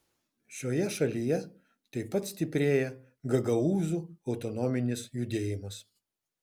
šioje šalyje taip pat stiprėja gagaūzų autonominis judėjimas